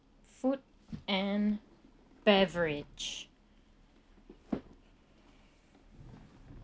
food and beverage